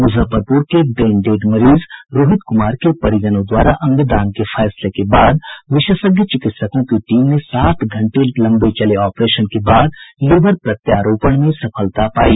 मुजफ्फरपुर के brain dead मरीज रोहित कुमार के परिजनों द्वारा अंग दान के फैसले के बाद विशेषज्ञ चिकित्सकों की टीम ने सात घंटे लंबे चले ऑपरेशन के बाद लीवर प्रत्यारोपण में सफलता पायी